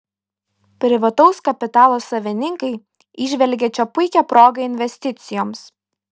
privataus kapitalo savininkai įžvelgia čia puikią progą investicijoms